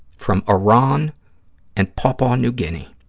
from iran and papua new guinea.